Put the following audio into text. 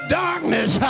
darkness